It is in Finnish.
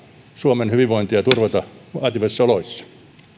suomen hyvinvointia turvata vaativissa oloissa